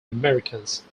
americans